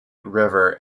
river